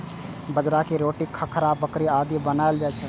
बाजरा के रोटी, खाखरा, भाकरी आदि बनाएल जाइ छै